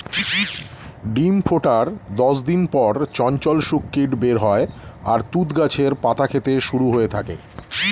ডিম ফোটার দশ দিন পর চঞ্চল শূককীট বের হয় আর তুঁত গাছের পাতা খেতে শুরু করে থাকে